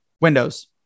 Windows